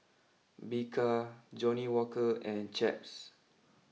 Bika Johnnie Walker and Chaps